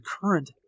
current